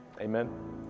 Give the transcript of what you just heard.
Amen